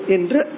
Indra